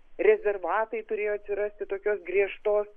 rezervatai turėjo atsirasti tokios griežtos